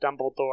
dumbledore